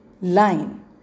line